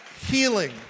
healing